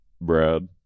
Brad